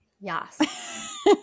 yes